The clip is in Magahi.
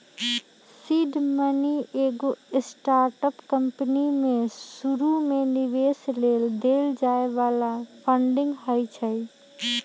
सीड मनी एगो स्टार्टअप कंपनी में शुरुमे निवेश लेल देल जाय बला फंडिंग होइ छइ